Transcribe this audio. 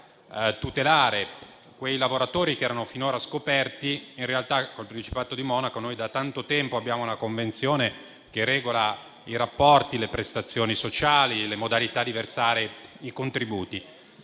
tutelare i lavoratori finora scoperti, in realtà con il Principato di Monaco abbiamo da tanto tempo una Convenzione che regola i rapporti, le prestazioni sociali, le modalità di versamento dei contributi.